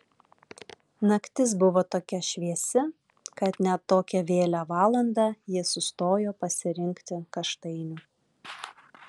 naktis buvo tokia šviesi kad net tokią vėlią valandą ji sustojo pasirinkti kaštainių